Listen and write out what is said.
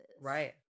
Right